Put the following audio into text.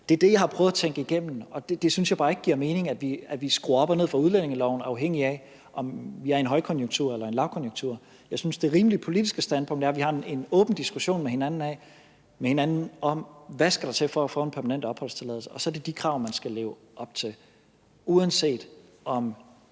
Det er det, jeg har prøvet at tænke igennem, og jeg synes bare ikke, det giver mening, at vi skruer op og ned for udlændingeloven, afhængigt af om vi er i en højkonjunktur eller en lavkonjunktur. Jeg synes, det rimelige politiske standpunkt er, at vi har en åben diskussion med hinanden om, hvad der skal til for at få en permanent opholdstilladelse, og så er det de krav, man skal leve op til, uanset om